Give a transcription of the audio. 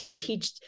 teach